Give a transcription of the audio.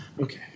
Okay